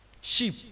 Sheep